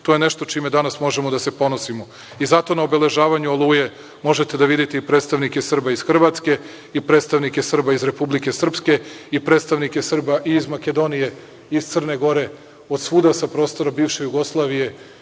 to je nešto čime možemo danas da se ponosimo. Zato na obeležavanju „Oluje“ možete da vidite i predstavnike Srba iz Hrvatske i predstavnike Srba iz Republike Srpske i predstavnike Srba iz Makedonije, Crne Gore, od svuda sa prostora bivše Jugoslavije